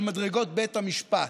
על מדרגות בית המשפט,